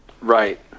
Right